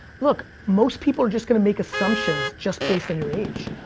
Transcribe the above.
look, most people are just gonna make assumptions, just based on your age.